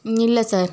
ம் இல்லை சார்